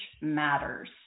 matters